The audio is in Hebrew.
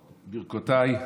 ברכותיי.